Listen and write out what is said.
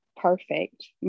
perfect